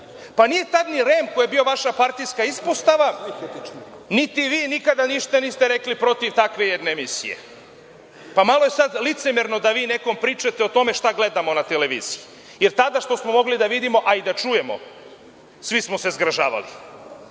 nije tad ni REM koji je bio vaša partijska ispostava, niti vi nikada ništa niste rekli protiv takve jedne emisije. Pa je malo sad licemerno da nekom pričate o tome šta gledamo na televiziji, jer tada šta smo mogli da vidimo a i da čujemo, svi smo se zgražavali.